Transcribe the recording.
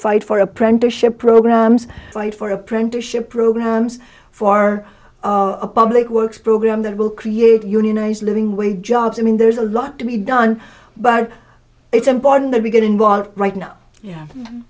fight for apprenticeship programs for apprenticeship programs for a public works program that will create unionized living wage jobs i mean there's a lot to be done but it's important that we get involved right now